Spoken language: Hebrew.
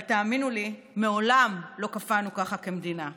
אבל תאמינו לי, מעולם לא קפאנו ככה כמדינה.